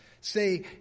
say